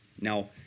Now